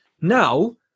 Now